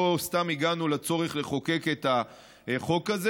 לא סתם הגענו לצורך לחוקק את החוק הזה.